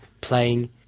playing